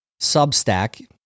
Substack